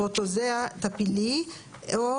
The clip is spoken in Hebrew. פרוטוזואה טפילי (parasitic protozoa),